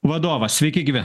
vadovas sveiki gyvi